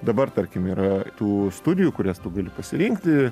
dabar tarkim yra tų studijų kurias tu gali pasirinkti